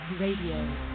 Radio